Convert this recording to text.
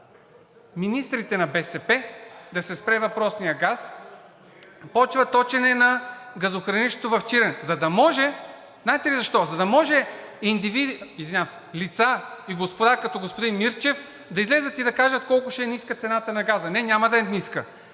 министрите на БСП – да се спре въпросният газ, започва точене на газохранилището в Чирен. Знаете ли защо? За да може индивиди – извинявам се, лица и господа, като господин Мирчев, да излязат и да кажат колко ще е ниска цената на газа. Не, няма да е ниска.